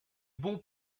bons